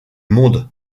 monde